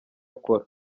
akora